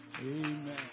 Amen